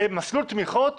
במסלול תמיכות,